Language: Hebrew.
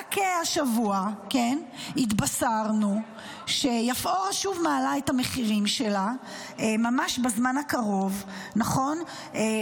רק השבוע התבשרנו שיפאורה שוב מעלה את המחירים שלה ממש בזמן הקרוב בגל,